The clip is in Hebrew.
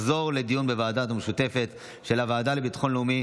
לוועדה המשותפת של הוועדה לביטחון לאומי